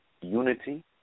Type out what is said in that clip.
unity